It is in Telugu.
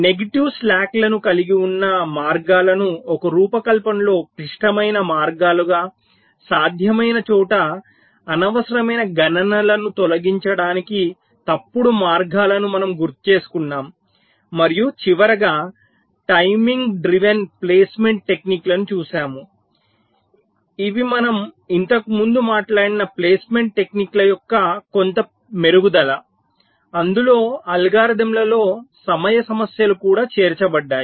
నెగటివ్ స్లాక్లను కలిగి ఉన్న మార్గాలను ఒక రూపకల్పనలో క్లిష్టమైన మార్గాలుగా సాధ్యమైన చోట అనవసరమైన గణనలను తొలగించడానికి తప్పుడు మార్గాలను మనము గుర్తుచేసుకున్నాము మరియు చివరగా టైమింగ్ డ్రివెన్ ప్లేస్మెంట్ టెక్నిక్లను చూశాము ఇవి మనం ఇంతకుముందు మాట్లాడిన ప్లేస్మెంట్ టెక్నిక్ల యొక్క కొంత మెరుగుదల అందులో అల్గోరిథంలలో సమయ సమస్యలు కూడా చేర్చబడ్డాయి